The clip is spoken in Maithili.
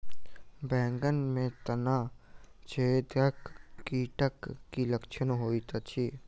बैंगन मे तना छेदक कीटक की लक्षण होइत अछि?